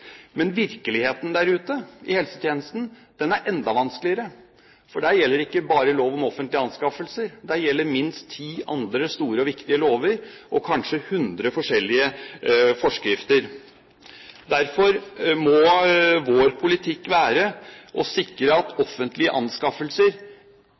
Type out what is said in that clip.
Men virkeligheten der ute i helsetjenesten er enda vanskeligere, for der gjelder ikke bare lov om offentlige anskaffelser. Der gjelder minst ti andre store og viktige lover og kanskje hundre forskjellige forskrifter. Derfor må vår politikk være å sikre at